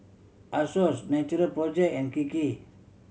Asos Natural Project and Kiki